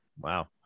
wow